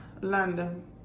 London